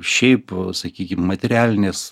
šiaip sakykim materialinės